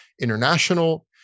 international